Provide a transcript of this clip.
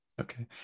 Okay